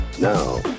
Now